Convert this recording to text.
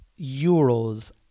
euros